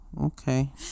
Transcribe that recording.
okay